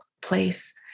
place